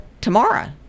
tomorrow